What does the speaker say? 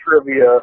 trivia